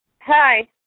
Hi